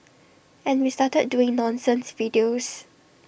and we started doing nonsense videos